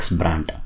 brand